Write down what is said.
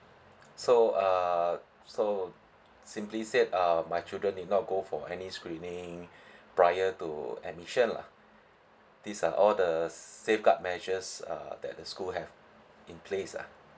so uh so simply said um my children need not go for any screening prior to admission lah these are all the safeguard measures uh that the school have in place ah